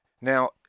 Now